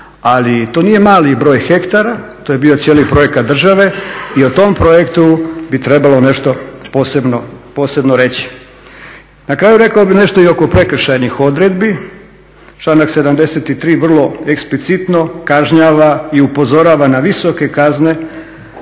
ali to nije mali broj hektara, to je bio cijeli projekat države i o tom projektu bi trebalo nešto posebno reći. Na kraju rekao bih nešto i oko prekršajnih odredbi, članak 73.vrlo eksplicitno kažnjava i upozorava na visoke kazne